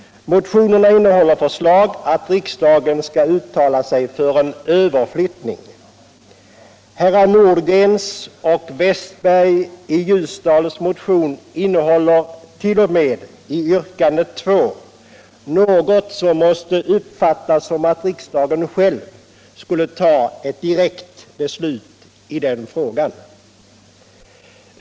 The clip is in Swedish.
Motionerna innehåller förslag att riksdagen skall uttala sig för en överflyttning. Herrar Nordgrens och Westbergs i Ljusdal motion innehåller t.o.m. - i yrkandet 2 - något som måste uppfattas som att riksdagen själv skulle ta ett direkt beslut i den frågan.